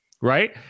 right